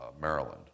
Maryland